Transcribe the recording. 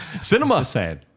Cinema